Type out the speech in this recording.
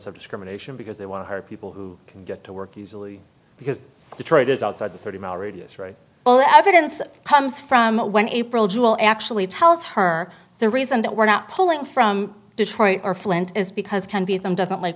discrimination because they want to hurt people who can get to work easily because detroit is outside the thirty mile radius right well the evidence comes from when april jewel actually tells her the reason that we're not pulling from detroit or flint is because can be them doesn't like